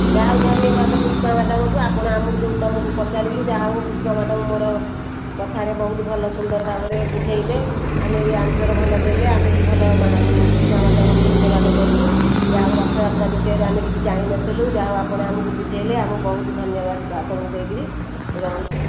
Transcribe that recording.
ଯାହାହେଉ ଧନ୍ୟବାଦ ପୁଷ୍ପା ମ୍ୟାଡ଼ାମ୍କୁ ଆପଣ ଆମକୁ ଯେଉଁ ତୁମକୁ ପଚାରିଲୁ ଯାହା ହେଉ ପୁଷ୍ପା ମ୍ୟାଡ଼ାମ୍ ମୋର କଥାରେ ବହୁତ ସୁନ୍ଦର ଭାବରେ ବୁଝେଇଲେ ଆମେ ବି ଆନ୍ସର ଭଲ ଦେଲେ ଆମେ ବି ଭଲ ପୁଷ୍ପା ମ୍ୟାଡ଼ାମ୍କୁ ଧନ୍ୟବାଦ କରୁଛୁ ଯାହାହେଉ ରଥଯାତ୍ରା ବିଷୟରେ ଆମେ କିଛି ଜାଣି ନ ଥିଲୁ ଯାହା ହେଉ ଆପଣ ଆମକୁ ବୁଝେଇଲେ ଆମେ ବହୁତ ଧନ୍ୟବାଦ ଆପଣଙ୍କୁ ଦେଇକରି ରହୁଛି